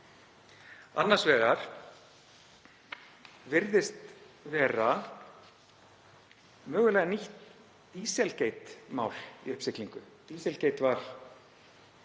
Annars vegar virðist vera mögulega nýtt „dísil“gate-mál í uppsiglingu.